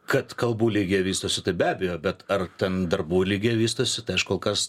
kad kalbų lygyje vystosi tai be abejo bet ar ten darbų lygyje vystosi tai aš kol kas